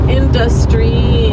industry